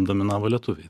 dominavo lietuviai